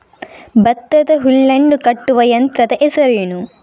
ಭತ್ತದ ಹುಲ್ಲನ್ನು ಕಟ್ಟುವ ಯಂತ್ರದ ಹೆಸರೇನು?